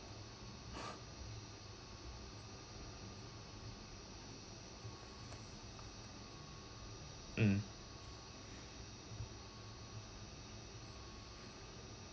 mm